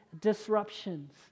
disruptions